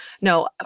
no